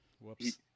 Whoops